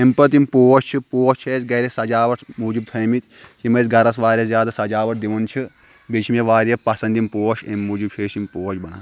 امہِ پتہٕ یِم پوش چھِ پوش چھ اسہِ گرِ سجاوٹ موٗجوٗب تھٲے مٕتۍ یِم اسہِ گرس واریاہ زیادٕ سجاوٹ دِوان چھِ بیٚیہِ چھِ مےٚ واریاہ پسنٛد یِم پوش امہِ موٗجوٗب چھِ أسۍ یِم پوش بناوان